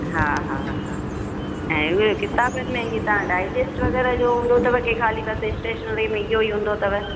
हा हा हा हा हा ऐं उहे किताबनि में इहे तव्हां डाइजेस्ट वग़ैरह जो हूंदो अथव की ख़ाली बसि इस्टेशनरी में इहो ई हूंदो अथव